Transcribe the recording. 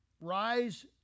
Rise